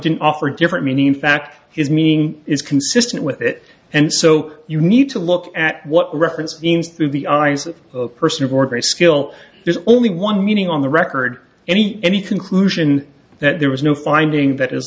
didn't offer different meaning in fact his meaning is consistent with it and so you need to look at what reference means through the eyes of a person of or great skill there's only one meaning on the record any any conclusion that there was no finding that as